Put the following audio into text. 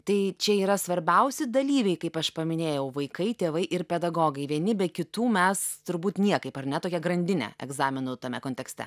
tai čia yra svarbiausi dalyviai kaip aš paminėjau vaikai tėvai ir pedagogai vieni be kitų mes turbūt niekaip ar ne tokia grandinė egzaminų tame kontekste